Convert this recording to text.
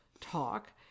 talk